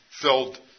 filled